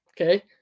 Okay